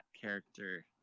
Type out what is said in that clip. character